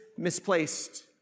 misplaced